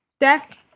deck